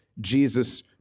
Jesus